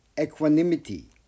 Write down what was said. equanimity